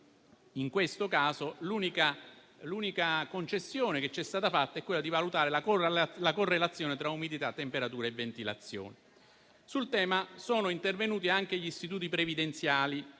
in questo caso l'unica concessione che ci è stata fatta è stata quella di valutare la correlazione tra umidità, temperature e ventilazione. Sul tema sono intervenuti anche gli istituti previdenziali